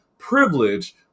privilege